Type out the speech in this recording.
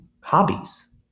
hobbies